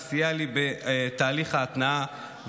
שסייע לי בתהליך ההתנעה,